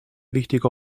wichtige